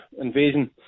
invasion